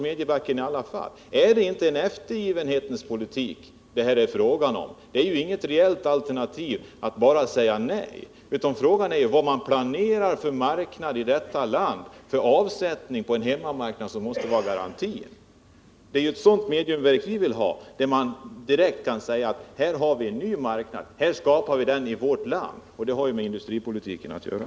Är inte detta fråga om en eftergivenhetens politik? Det är ju inget alternativ att bara säga nej. Frågan är ju vad man planerar för marknad i detta land — avsättning på hemmamarknaden måste ju vara garantin. Vi vill ha ett mediumvalsverk för vilket vi direkt kan säga att det finns en ny marknad, som kan skapas i vårt land. Detta har med industripolitiken att göra.